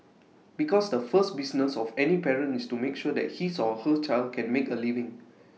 because the first business of any parent is to make sure that his or her child can make A living